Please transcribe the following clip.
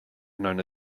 known